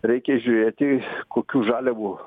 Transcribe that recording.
reikia žiūrėti kokių žaliavų